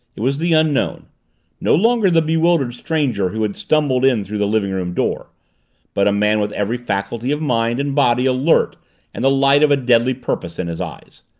it was the unknown no longer the bewildered stranger who had stumbled in through the living-room door but a man with every faculty of mind and body alert and the light of a deadly purpose in his eyes.